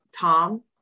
Tom